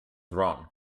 wrong